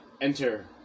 enter